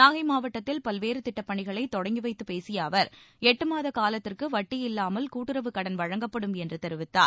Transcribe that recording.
நாகை மாவட்டத்தில் பல்வேறு திட்டப்பணிகளை தொடங்கி வைத்துப் பேசிய அவர் எட்டு மாத காலத்திற்கு வட்டியில்லாமல் கூட்டுறவுக் கூடன் வழங்கப்படும் என்று தெரிவித்தார்